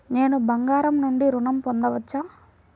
నేను బంగారం నుండి ఋణం పొందవచ్చా?